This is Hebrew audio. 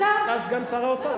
אתה, אתה סגן שר האוצר.